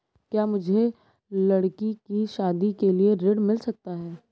क्या मुझे लडकी की शादी के लिए ऋण मिल सकता है?